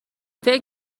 فکر